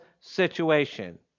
situation